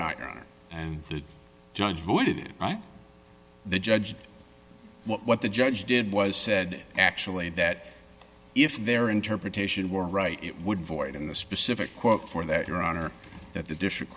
not around and the judge who is the judge what the judge did was said actually that if their interpretation were right it would void in the specific quote for that your honor that the district